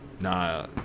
Nah